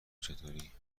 چطوری